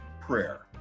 prayer